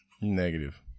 Negative